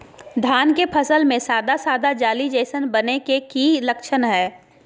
धान के फसल में सादा सादा जाली जईसन बने के कि लक्षण हय?